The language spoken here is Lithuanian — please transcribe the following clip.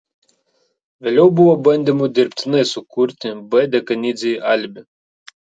vėliau buvo bandymų dirbtinai sukurti b dekanidzei alibi